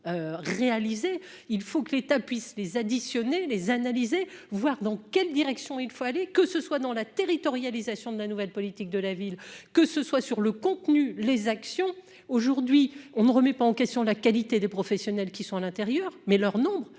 il faut que l'État puisse les additionner les analyser, voir dans quelle direction il fallait que ce soit dans la territorialisation de la nouvelle politique de la ville, que ce soit sur le contenu, les actions, aujourd'hui on ne remet pas en question la qualité des professionnels qui sont à l'intérieur, mais leur nombre,